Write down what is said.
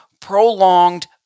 prolonged